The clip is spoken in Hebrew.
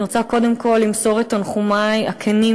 אני רוצה קודם כול למסור את תנחומי הכנים,